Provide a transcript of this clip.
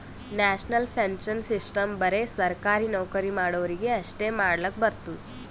national pension system ಬರೆ ಸರ್ಕಾರಿ ನೌಕರಿ ಮಾಡೋರಿಗಿ ಅಷ್ಟೇ ಮಾಡ್ಲಕ್ ಬರ್ತುದ್